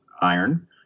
iron